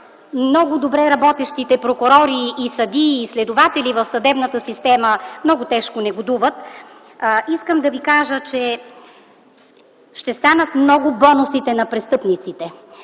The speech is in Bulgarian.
много добре работещите прокурори, съдии и следователи в съдебната система много тежко негодуват, ще станат много бонусите на престъпниците.